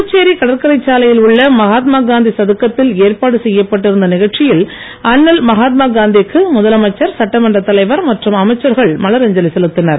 புதுச்சேரி கடற்கரை சாலையில் உள்ள மகாத்மா காந்தி சதுக்கத்தில் ஏற்பாடு செய்யப்பட்டிருந்த நிகழ்ச்சியில் அண்ணல் மகாத்மா காந்திக்கு முதலமைச்சர் சட்டமன்ற தலைவர் மற்றும் அமைச்சர்கள் மலரஞ்சலி செலுத்தினர்